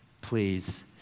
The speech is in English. please